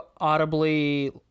audibly